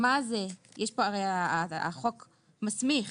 הרי החוק מסמיך